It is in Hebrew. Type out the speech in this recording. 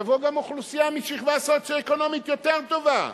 תבוא גם אוכלוסייה משכבה סוציו-אקונומית יותר טובה,